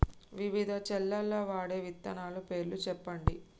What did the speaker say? వివిధ చేలల్ల వాడే విత్తనాల పేర్లు చెప్పండి?